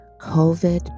COVID